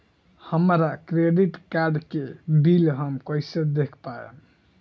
हमरा credit card के bill हम कइसे देख पाएम?